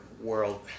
world